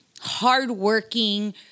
hardworking